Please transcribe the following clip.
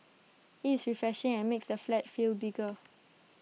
IT is refreshing and makes the flat feel bigger